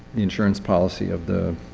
the insurance policy of the